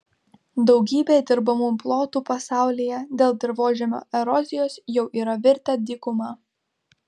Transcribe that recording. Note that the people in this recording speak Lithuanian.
daugybė dirbamų plotų pasaulyje dėl dirvožemio erozijos jau yra virtę dykuma